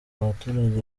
baturage